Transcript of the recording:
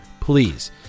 Please